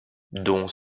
dont